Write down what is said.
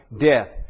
death